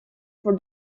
for